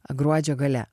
gruodžio gale